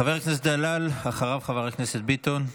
חבר הכנסת דלל, ואחריו, חבר הכנסת ביטון.